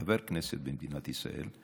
חבר כנסת במדינת ישראל,